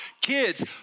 kids